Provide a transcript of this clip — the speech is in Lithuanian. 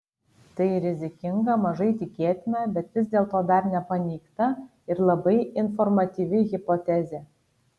tai rizikinga mažai tikėtina bet vis dėlto dar nepaneigta ir labai informatyvi hipotezė